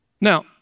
Now